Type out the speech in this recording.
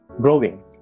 growing